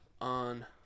on